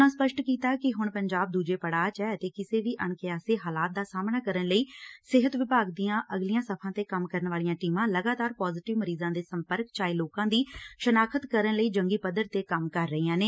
ਉਨ੍ਹਾਂ ਸਪੱਸ਼ਟ ਕੀਤਾ ਕਿ ਹੁਣ ਪੰਜਾਬ ਦੂਜੇ ਪੜਾਅ ਚ ਐ ਅਤੇ ਕਿਸੇ ਵੀ ਅਣ ਕਿਆਸੇ ਹਾਲਾਤ ਦਾ ਸਾਹਮਣਾ ਕਰਨ ਲਈ ਸਿਹਤ ਵਿਭਾਗ ਦੀਆਂ ਅਗਲੀਆਂ ਸਫ਼ਾ ਤੇ ਕੰਮ ਕਰਨ ਵਾਲੀਆਂ ਟੀਮਾਂ ਲਗਾਤਾਰ ਪਾਜ਼ੇਟਿਵ ਮਰੀਜ਼ਾਂ ਦੇ ਸੰਪਰਕ ਚ ਆਏ ਲੋਕਾਂ ਦੀ ਸਨਾਖ਼ਤ ਕਰਨ ਲਈ ਜੰਗੀ ਪੱਧਰ ਤੇ ਕੰਮ ਕਰ ਰਹੀਆਂ ਨੇ